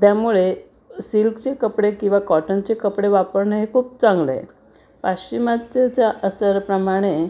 त्यामुळे सिल्कचे कपडे किंवा कॉटनचे कपडे वापरणं हे खूप चांगलं आहे पाश्चिमात्यचा असरप्रमाणे